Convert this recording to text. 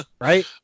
right